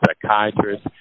psychiatrist